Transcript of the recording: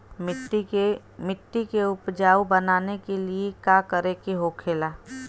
मिट्टी के उपजाऊ बनाने के लिए का करके होखेला?